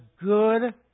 good